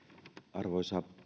arvoisa